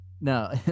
No